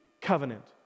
covenant